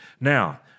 Now